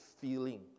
feeling